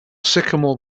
sycamore